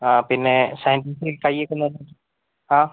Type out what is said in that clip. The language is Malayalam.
ആ പിന്നെ സാനിറ്റൈസ് കയ്യൊക്കെ ഒന്ന് ആ